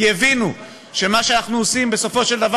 כי הבינו שמה שאנחנו עושים בסופו של דבר